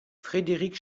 frédérique